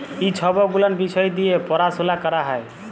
ই ছব গুলাল বিষয় দিঁয়ে পরাশলা ক্যরা হ্যয়